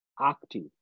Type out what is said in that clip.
active